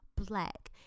black